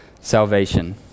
salvation